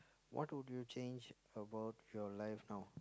what would you change about your life now